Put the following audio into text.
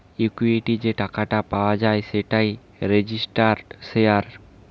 equity যে টাকাটা পাওয়া যায় সেটাই রেজিস্টার্ড শেয়ার